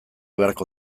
beharko